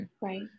right